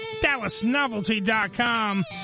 DallasNovelty.com